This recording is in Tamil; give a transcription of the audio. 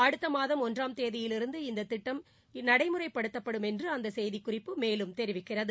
அடுத்த மாதம் ஒன்றாம் தேதியிலிருந்து இந்த திட்டம் இது நடைமுறைப்படுத்தப்படும் என்று அந்த செய்திக்குறிப்பு தெரிவிக்கிறது